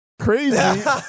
crazy